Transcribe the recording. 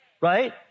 right